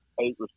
eight